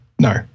No